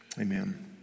amen